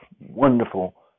wonderful